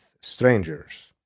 strangers